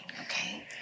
okay